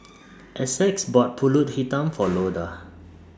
Essex bought Pulut Hitam For Loda